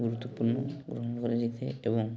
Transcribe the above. ଗୁରୁତ୍ୱପୂର୍ଣ୍ଣ ଗ୍ରହଣ କରାଯାଇଥାଏ ଏବଂ